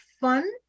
fun